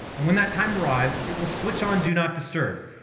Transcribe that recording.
and when that time arrives it will switch on do not disturb,